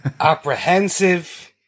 apprehensive